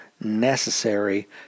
necessary